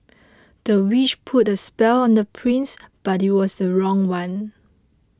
the witch put a spell on the prince but it was the wrong one